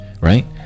Right